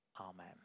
Amen